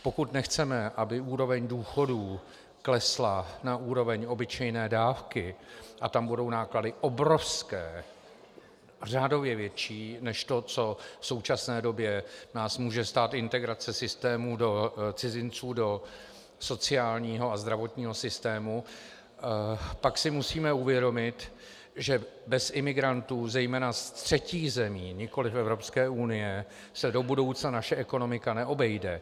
Pokud nechceme, aby úroveň důchodů klesla na úroveň obyčejné dávky a tam budou náklady obrovské, řádově větší než to, co v současné době nás může stát integrace cizinců do sociálního a zdravotního systému, pak si musíme uvědomit, že bez imigrantů zejména z třetích zemí, nikoliv Evropské unie, se do budoucna naše ekonomika neobejde.